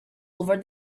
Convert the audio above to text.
over